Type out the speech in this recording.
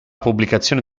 pubblicazione